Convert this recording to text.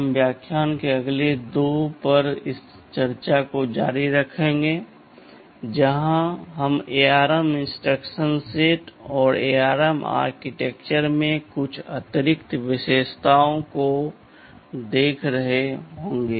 हम व्याख्यान के अगले दो पर इस चर्चा को जारी रखेंगे जहां हम ARM इंस्ट्रक्शन सेट और ARM आर्किटेक्चर में कुछ और अतिरिक्त विशेषताओं को देख रहे होंगे